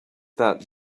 that